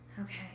Okay